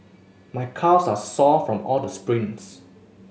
my calves are sore from all the sprints